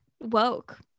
woke